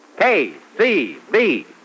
KCB